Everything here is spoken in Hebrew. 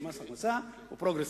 ומס הכנסה הוא פרוגרסיבי,